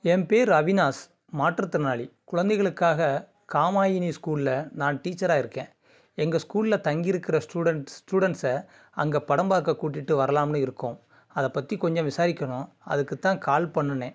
என் பெயர் அவினாஷ் மாற்றுத்திறனாளி குழந்தைகளுக்கான காமாயினி ஸ்கூலில் நான் டீச்சராக இருக்கேன் எங்கள் ஸ்கூலில் தங்கியிருக்கிற ஸ்டூடெண்ட்ஸ் ஸ்டூடெண்ட்ஸ்ஸ அங்கே படம் பார்க்க கூட்டிகிட்டு வரலாம்னு இருக்கோம் அதை பற்றி கொஞ்சம் விசாரிக்கணும் அதுக்குதான் கால் பண்ணுனேன்